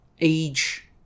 age